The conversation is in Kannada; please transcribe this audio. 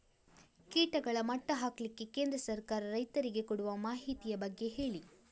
ಕೀಟಗಳ ಮಟ್ಟ ಹಾಕ್ಲಿಕ್ಕೆ ಕೇಂದ್ರ ಸರ್ಕಾರ ರೈತರಿಗೆ ಕೊಡುವ ಮಾಹಿತಿಯ ಬಗ್ಗೆ ಹೇಳಿ